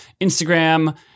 Instagram